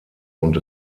und